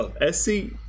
S-C